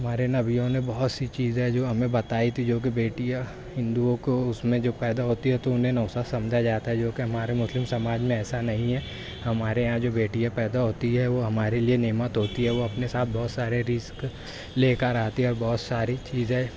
ہمارے نبیوں نے بہت سی چیزیں جو ہمیں بتائی تھی جو کہ بیٹیاں ہندوؤں کو اس میں جو پیدا ہوتی ہے تو انہیں نحوست سمجھا جاتا جو کہ ہمارے مسلم سماج میں ایسا نہیں ہے ہمارے یہاں جو بیٹیاں پیدا ہوتی ہے وہ ہمارے لیے نعمت ہوتی ہے وہ اپنے ساتھ بہت سارے رزق لے کر آتی ہے اور بہت ساری چیزیں